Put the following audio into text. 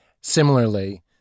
Similarly